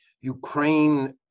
Ukraine